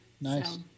nice